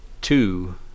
two